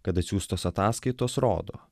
kad atsiųstos ataskaitos rodo